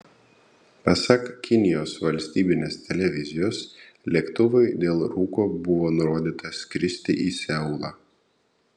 pasak kinijos valstybinės televizijos lėktuvui dėl rūko buvo nurodyta skristi į seulą